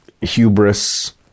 hubris